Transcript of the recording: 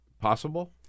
possible